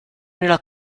nella